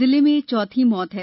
जिले में यह चौथी मौत है